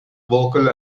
vocal